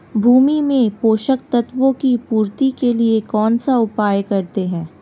भूमि में पोषक तत्वों की पूर्ति के लिए कौनसा उपाय करते हैं?